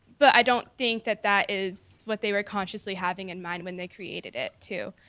but i don't think that that is what they were consciously having in mind when they created it too.